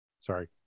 Sorry